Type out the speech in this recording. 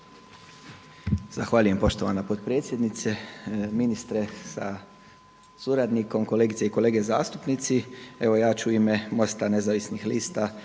Zahvaljujem poštovana potpredsjednice. Ministre sa suradnikom, kolegice i kolege zastupnici. Evo ja ću u ime MOST-a Nezavisnih lista